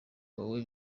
wawe